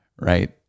right